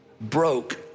broke